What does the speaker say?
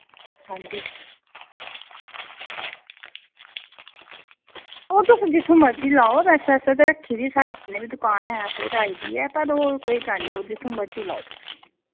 ओह् तुस जित्थां मर्जी लैओ ओह् ते बैसे असें रक्खी दी मेरे दुकान पर ऐ पर तुस जित्थां मर्ज़ी लैओ